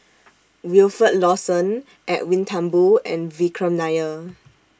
Wilfed Lawson Edwin Thumboo and Vikram Nair